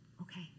Okay